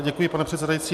Děkuji, pane předsedající.